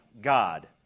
God